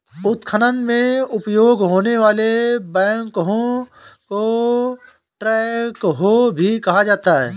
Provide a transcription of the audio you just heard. उत्खनन में उपयोग होने वाले बैकहो को ट्रैकहो भी कहा जाता है